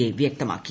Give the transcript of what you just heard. A വ്യക്തമാക്കി